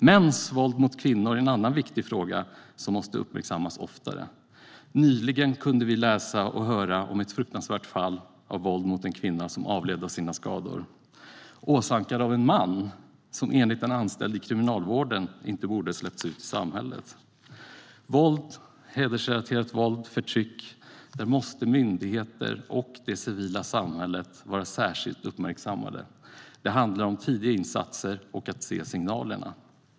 Mäns våld mot kvinnor är en annan viktig fråga som måste uppmärksammas oftare. Nyligen kunde vi läsa och höra om ett fruktansvärt fall av våld mot en kvinna som avled av sina skador. Skadorna hade åsamkats av en man, som enligt en anställd i kriminalvården inte borde ha släppts ut i samhället. När det gäller våld, hedersrelaterat våld och förtryck måste myndigheter och det civila samhället vara särskilt uppmärksamma. Det handlar om tidiga insatser och om att se signalerna.